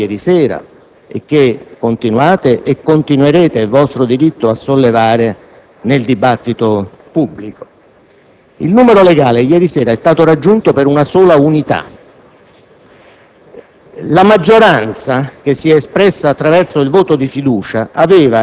Altra questione, collega Matteoli, è quella politica da voi sollevata ieri sera e che continuate e continuerete, è un vostro diritto, a sollevare nel dibattito pubblico. Il numero legale ieri sera è stato raggiunto per una sola unità.